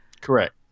correct